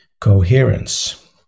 coherence